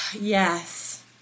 Yes